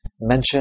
Mention